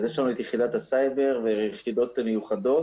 אז יש לנו את יחידת הסייבר ויחידות מיוחדות